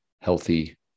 healthy